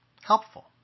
helpful